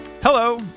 Hello